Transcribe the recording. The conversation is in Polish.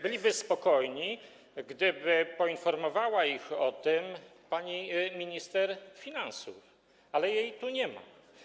Byliby spokojni, gdyby poinformowała ich o tym pani minister finansów, ale jej tu nie ma.